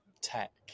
tech